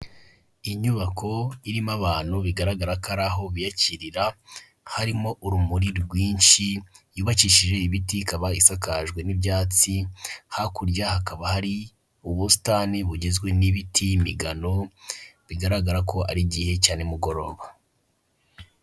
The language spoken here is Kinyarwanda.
Inyubako irimo abantu bigaragara ko ari aho biyakirira, harimo urumuri rwinshi, yubakishije ibiti ikaba isakajwe n'ibyatsi, hakurya hakaba hari ubusitani bugizwe n'ibiti, imigano, bigaragara ko ari igihe cya nimugoroba.